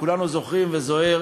כולנו זוכרים, וזוהיר